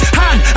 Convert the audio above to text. hand